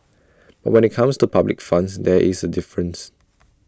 but when IT comes to public funds there is A difference